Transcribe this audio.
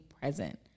present